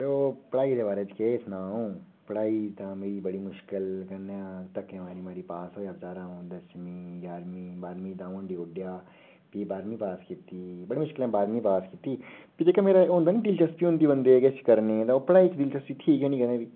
ते अऊं पढाई दे बारे च केह् सनांऽ अऊं पढाई ते मेरी बड़ी मुश्कलें कन्नै धक्के मारी मारी पास होई ते अ'ऊं दसमीं ञारमीं बाह्रमीं दो हांडी उड्डेआ फ्ही बाह्रमीं पास कीती बडी मुश्कलें बाह्रमी पास कीती ते जेह्की मेरी ओह् होंदी निं दिलचस्पी होंदी बंदे दी किश करने दी ओह् पढाई च दिलचस्पी थी गै नेईं कदें बी